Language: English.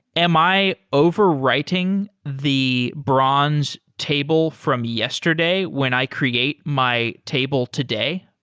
am i overwriting the bronze table from yesterday when i create my table today?